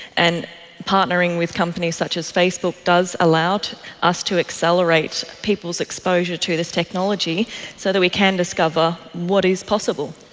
and partnering with companies such as facebook does allow us to accelerate people's exposure to this technology so that we can discover what is possible.